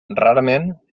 rarament